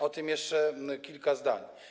O tym jeszcze kilka zdań.